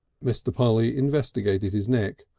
mr. polly investigated his neck.